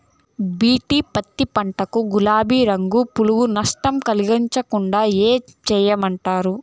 BT పత్తి పంట కు, గులాబీ రంగు పులుగులు నష్టం కలిగించకుండా ఏం చేయమంటారు?